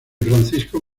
francisco